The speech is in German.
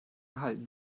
halten